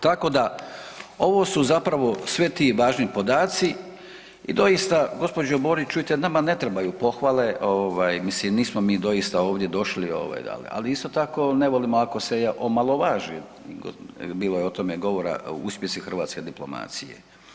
Tako da ovo su zapravo sve ti važni podaci i doista gđa. Borić čujte nama ne trebaju pohvali, mislim nismo mi doista ovdje došli, ali isto tako ne volimo ako se omalovaži, bilo je o tome govore uspjesi hrvatske diplomacije.